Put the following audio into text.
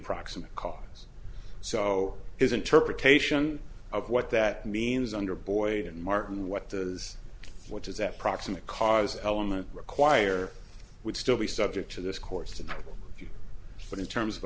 proximate cause so his interpretation of what that means under boyd and martin what does what does that proximate cause element require would still be subject to this course to you but in terms of